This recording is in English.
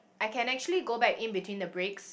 I can actually go back in between the breaks